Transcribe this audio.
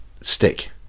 stick